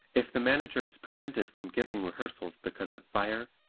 if the manager is prevented from giving rehearsals because of fire,